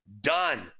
Done